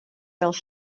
fel